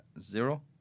zero